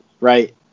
right